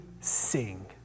sing